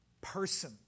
person